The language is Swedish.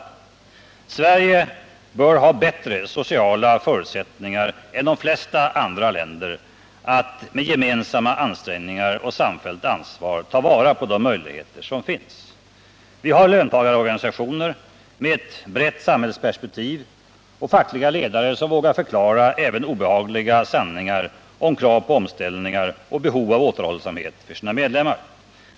Vi i Sverige bör ha bättre sociala förutsättningar än de flesta andra länder att med gemensamma ansträngningar och samfällt ansvar ta vara på de möjligheter som finns. Vi har löntagarorganisationer med ett brett samhällsperspektiv och fackliga ledare som vågar förklara även obehagliga sanningar om krav på omställning och behov av återhållsamhet för sina medlemmar.